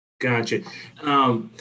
Gotcha